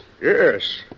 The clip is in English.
Yes